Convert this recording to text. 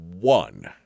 one